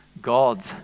God's